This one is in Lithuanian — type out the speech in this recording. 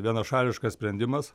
vienašališkas sprendimas